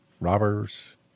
robbers